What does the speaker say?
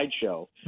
sideshow